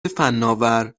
فناور